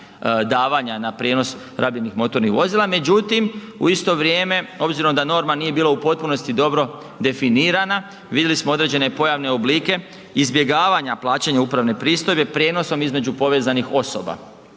davanja na prijenos rabljenih motornih vozila, međutim, u isto vrijeme, obzirom da norma nije bila u potpunosti dobro definirana, vidjeli smo određene pojavne oblike izbjegavanja plaćanja upravne pristojbe prijenosom između povezanih osoba.